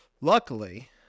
Luckily